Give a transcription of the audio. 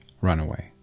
runaway